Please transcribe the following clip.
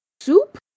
soup